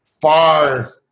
far